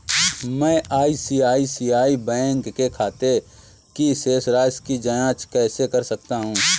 मैं ICICI bank के अपने खाते की शेष राशि की जाँच कैसे कर सकता हूँ?